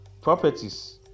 properties